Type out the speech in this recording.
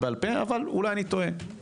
וזה לא משנה באיזה צד אתה